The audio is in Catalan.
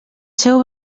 seu